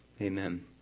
Amen